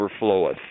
overfloweth